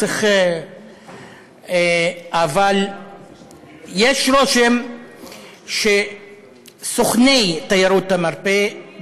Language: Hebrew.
אבל יש רושם שסוכני תיירות המרפא,